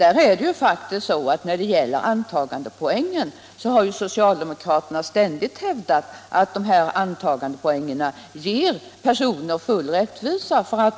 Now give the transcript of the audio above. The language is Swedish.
Men socialdemokraterna har faktiskt ständigt hävdat att antagandepoängen medför full rättvisa.